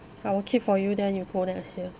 I will keep for you then you go next year